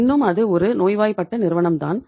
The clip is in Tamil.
இன்னும் அது ஒரு நோய்வாய்ப்பட்ட நிறுவனம் தான்